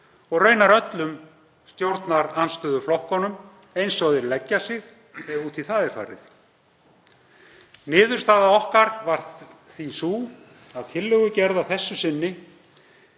og raunar öllum stjórnarandstöðuflokkunum eins og þeir leggja sig ef út í það er farið. Niðurstaða okkar varð því sú að tillögugerð að þessu sinni